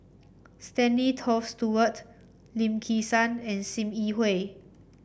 Stanley Toft Stewart Lim Kim San and Sim Yi Hui